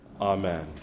Amen